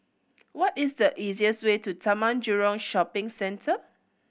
what is the easiest way to Taman Jurong Shopping Centre